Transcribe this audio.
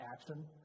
action